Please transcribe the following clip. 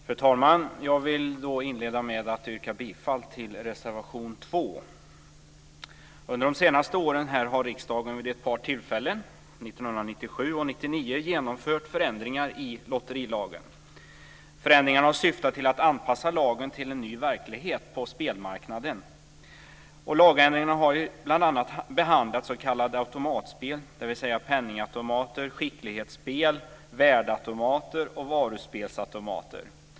Fru talman! Jag vill inleda med att yrka bifall till reservation 2. Under de senaste åren har riksdagen vid ett par tillfällen, 1997 och 1999, genomfört förändringar i lotterilagen. Förändringarna har syftat till att anpassa lagen till en ny verklighet på spelmarknaden. Lagändringarna har bl.a. behandlat s.k. automatspel, dvs. penningautomater, skicklighetsspel, värdeautomater och varuspelsautomater.